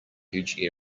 huge